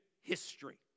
history